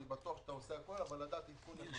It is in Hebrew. אני בטוח שאתה עושה הכול, אבל לדעת עדכון.